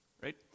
Right